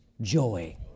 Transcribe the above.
joy